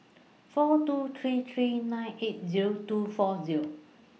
four two three three nine eight Zero two four Zero